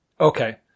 Okay